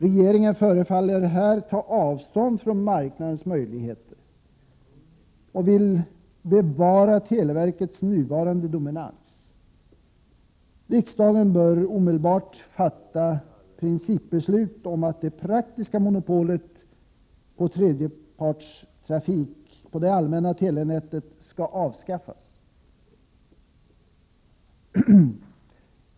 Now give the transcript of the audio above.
Regeringen förefaller här ta avstånd från marknadens möjligheter och vilja bevara televerkets nuvarande dominans. Riksdagen bör omedelbart fatta principbeslut om att det praktiska monopolet på tredjepartstrafik på det allmänna telenätet skall avskaffas.